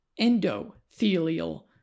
endothelial